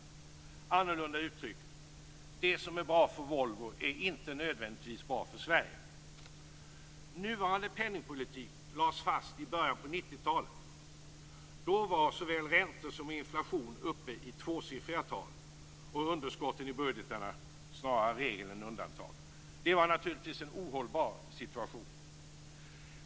Annorlunda uttryckt: Det som är bra för Volvo är inte nödvändigtvis bra för Sverige. Nuvarande penningpolitik lades fast i början av 90-talet. Då var såväl räntor som inflation uppe i tvåsiffriga tal och underskotten i budgetarna snarare regel än undantag. Det var naturligtvis en ohållbar situation.